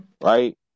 Right